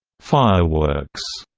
fireworks,